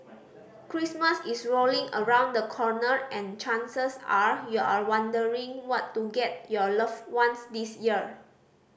Christmas is rolling around the corner and chances are you're wondering what to get your loved ones this year